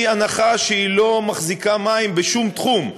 היא הנחה שהיא לא מחזיקה מים בשום תחום: